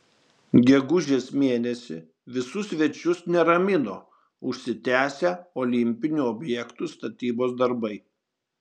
gegužės mėnesį visus svečius neramino užsitęsę olimpinių objektų statybos darbai